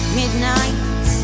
midnight